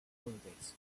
holidays